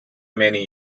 many